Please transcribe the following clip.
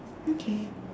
okay